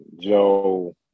Joe